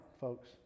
folks